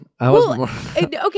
Okay